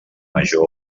major